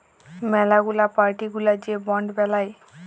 ম্যালা গুলা পার্টি গুলা যে বন্ড বেলায়